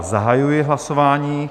Zahajuji hlasování.